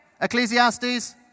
Ecclesiastes